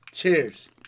Cheers